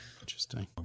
Interesting